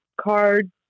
card